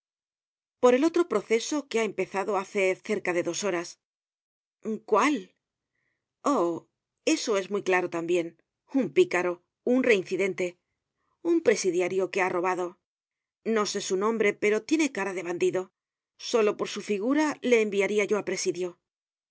por el otro proceso que ha empezado hace cerca de dos horas cuál oh ese es muy claro tambien un picaro un reincidente un presidiario que ha robado no sé su nombre pero tiene cara de bandido solo por su figura le enviaria yo á presidio